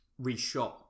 reshot